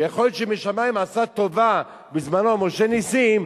ויכול להיות שמשמים עשה טובה בזמנו משה נסים,